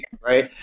right